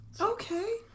Okay